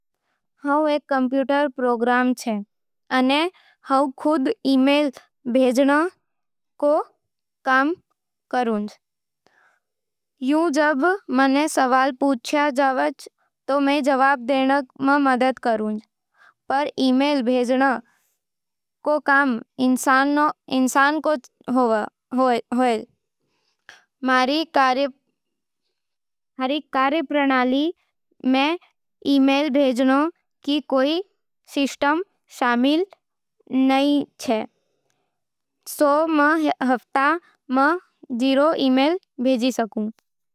मैं एक कम्प्यूटरी प्रोग्राम हूँ, अने मैं खुद ईमेल भेजण रो काज नईं करूं। थूं जब मने सवाल पूछो, तो मैं जवाब देण में मदद करूं, पर ईमेल भेजण रो काम इंसानां का होवे। मेरी कार्यप्रणाली में ईमेल भेजण कोई सिस्टम शामिल नईं सो मैं हफ्ता में जीरो ईमेल भेजी सकू।